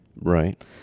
Right